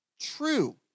true